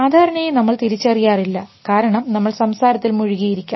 സാധാരണയായി നമ്മൾ തിരിച്ചറിയാറില്ല കാരണം നമ്മൾ സംസാരത്തിൽ മുഴുകി ഇരിക്കാം